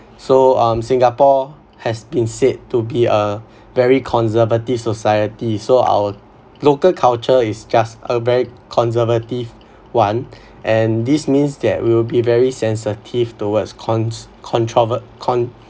so um singapore has been said to be a very conservative society so our local culture is just a very conservative one and this means that we will be very sensitive towards cons~ controver~ con~